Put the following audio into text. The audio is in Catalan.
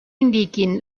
indiquin